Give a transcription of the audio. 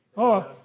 oh,